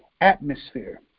atmosphere